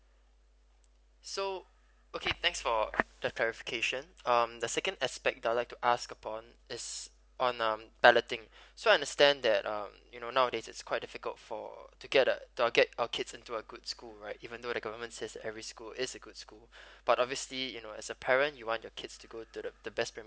so okay thanks for the clarification um the second aspect I like to ask upon its on um balloting so understand that um you know nowadays it's quite difficult for to get a to get a kid into a good school right even though the government says every school is a good school but obviously you know as a parent you want the kids to go to the the best primary